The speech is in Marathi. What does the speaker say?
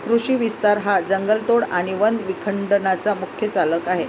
कृषी विस्तार हा जंगलतोड आणि वन विखंडनाचा मुख्य चालक आहे